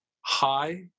high